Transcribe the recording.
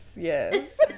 yes